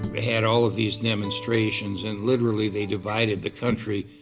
had all of these demonstrations, and literally, they divided the country.